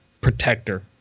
protector